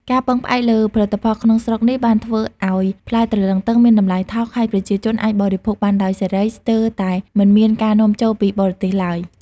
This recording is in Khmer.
ការពឹងផ្អែកលើផលិតផលក្នុងស្រុកនេះបានធ្វើឲ្យផ្លែទ្រលឹងទឹងមានតម្លៃថោក ហើយប្រជាជនអាចបរិភោគបានដោយសេរី ស្ទើរតែមិនមានការនាំចូលពីបរទេសឡើយ។